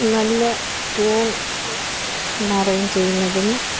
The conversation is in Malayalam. നല്ല ട്യൂൺ അറേഞ്ച് ചെയ്യുന്നതും